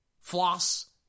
Floss